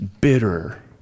bitter